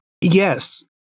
yes